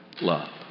love